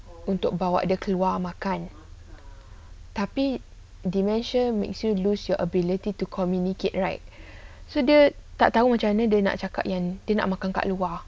untuk bawa dia keluar makan tapi dementia makes you lose your ability to communicate right so dia tak tahu macam mana dia nak cakap yang dia nak makan kat luar